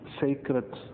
sacred